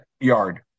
yard